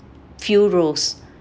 few rows